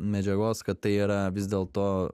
medžiagos kad tai yra vis dėlto